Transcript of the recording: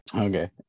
okay